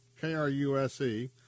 K-R-U-S-E